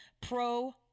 pro